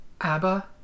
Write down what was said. ABBA